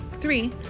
three